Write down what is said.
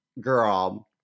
girl